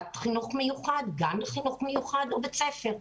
כיתת חינוך מיוחד, גן חינוך מיוחד או בית ספר.